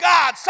God